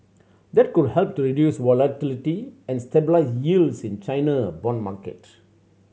that could help to reduce volatility and stabilise yields in China bond market